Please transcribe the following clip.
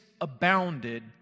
abounded